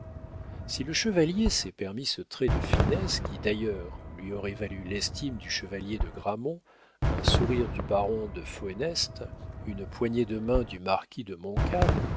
si le chevalier s'est permis ce trait de finesse qui d'ailleurs lui aurait valu l'estime du chevalier de grammont un sourire du baron de fœneste une poignée de main du marquis de